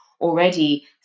already